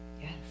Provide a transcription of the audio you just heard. Yes